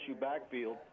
backfield